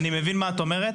אני מבין מה את אומרת.